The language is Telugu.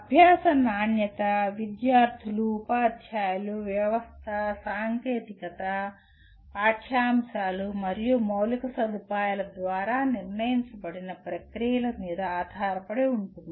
అభ్యాస నాణ్యత విద్యార్థులు ఉపాధ్యాయులు వ్యవస్థ సాంకేతికత పాఠ్యాంశాలు మరియు మౌలిక సదుపాయాల ద్వారా నిర్ణయించబడిన ప్రక్రియల మీద ఆధారపడి ఉంటుంది